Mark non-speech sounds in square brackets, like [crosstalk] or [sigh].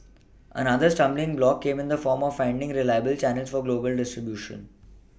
[noise] another stumbling block came in the form of finding reliable Channels for global distribution